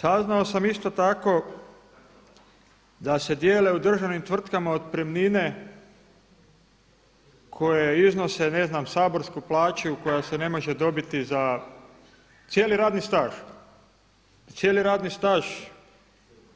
Saznao sam isto tako da se dijele u državnim tvrtkama otpremnine koje iznose ne znam saborsku plaću koja se ne može dobiti za cijeli radni staž, da cijeli radni staž